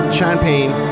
Champagne